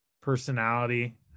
personality